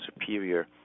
superior